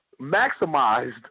maximized